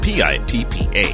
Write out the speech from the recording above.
P-I-P-P-A